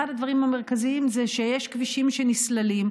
אחד הדברים המרכזיים זה שיש כבישים שנסללים,